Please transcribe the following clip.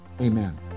amen